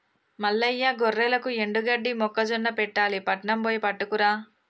మల్లయ్య గొర్రెలకు ఎండుగడ్డి మొక్కజొన్న పెట్టాలి పట్నం బొయ్యి పట్టుకురా